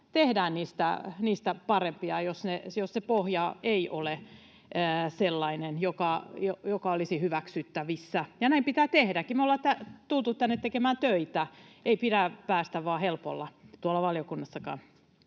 tehdään niistä parempia, jos se pohja ei ole sellainen, joka olisi hyväksyttävissä, ja näin pitää tehdäkin. Me ollaan tultu tänne tekemään töitä, eikä pidä päästä vain helpolla tuolla valiokunnissakaan.